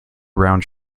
round